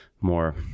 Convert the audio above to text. more